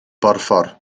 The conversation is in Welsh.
borffor